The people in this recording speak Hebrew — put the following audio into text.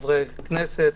חברי כנסת,